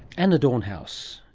anna dornhaus.